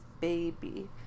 baby